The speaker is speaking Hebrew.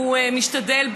והוא משתדל,